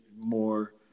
more –